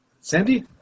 Sandy